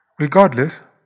Regardless